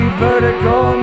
vertical